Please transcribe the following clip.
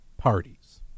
Parties